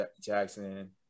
Jackson